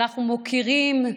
אנחנו מוקירים,